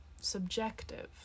subjective